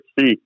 see